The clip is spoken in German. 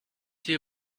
hier